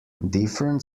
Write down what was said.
different